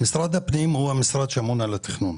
הוא המשרד שאמון על התכנון.